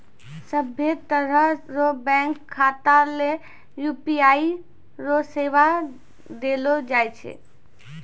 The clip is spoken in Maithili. सभ्भे तरह रो बैंक खाता ले यू.पी.आई रो सेवा देलो जाय छै